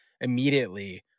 immediately